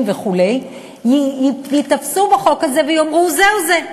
וכו' ייתפסו בחוק הזה ויאמרו: זהו זה,